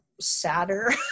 sadder